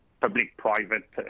public-private